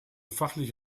fachlich